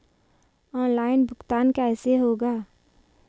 Online भुगतान कैसे होगा?